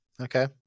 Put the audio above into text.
okay